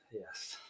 yes